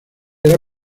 era